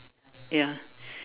ya